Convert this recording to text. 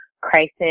crisis